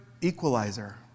equalizer